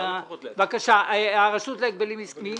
בבקשה, הרשות להגבלים עסקיים.